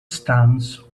stands